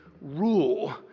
rule